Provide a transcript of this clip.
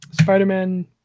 Spider-Man